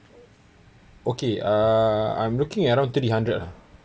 okay uh I'm looking around three hundred uh